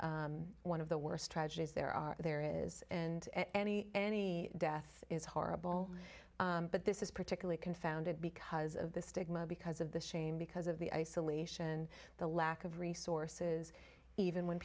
is one of the worst tragedies there are there is in any any death is horrible but this is particularly confounded because of the stigma because of the shame because of the isolation the lack of resources even when